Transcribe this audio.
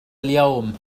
اليوم